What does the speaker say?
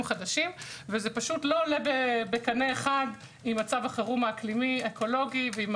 חדשים וזה לא עולה בקנה אחד עם מצב החירום האקלימי אקולוגי ועם